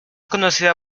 conocida